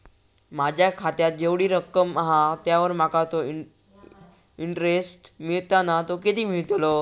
माझ्या खात्यात जेवढी रक्कम हा त्यावर माका तो इंटरेस्ट मिळता ना तो किती मिळतलो?